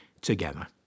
together